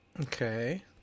Okay